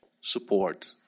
support